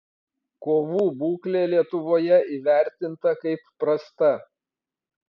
kovų būklė lietuvoje įvertinta kaip prasta